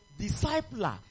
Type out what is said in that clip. discipler